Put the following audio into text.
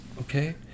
okay